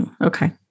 Okay